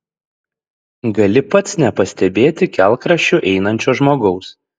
gali pats nepastebėti kelkraščiu einančio žmogaus